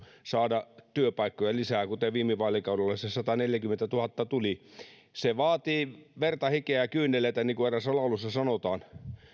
saada työpaikkoja lisää kuten viime vaalikaudella se se sataneljäkymmentätuhatta tuli se vaatii verta hikeä ja kyyneleitä niin kuin eräässä laulussa sanotaan